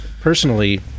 personally